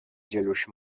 جلوش